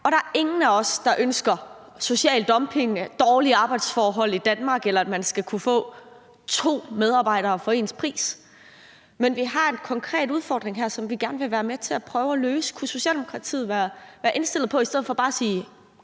og der ingen af os, der ønsker social dumping, dårlige arbejdsforhold i Danmark, eller at man skal kunne få to medarbejdere til en medarbejders pris, men vi har en konkret udfordring her, som vi gerne vil være med til at prøve at løse. Kunne Socialdemokratiet i stedet for bare at sige